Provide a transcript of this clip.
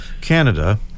Canada